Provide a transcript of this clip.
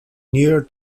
nearer